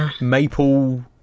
maple